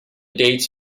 dates